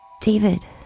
David